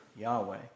Yahweh